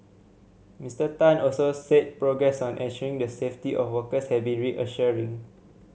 Mister Tan also said progress on ensuring the safety of workers has been reassuring